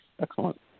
Excellent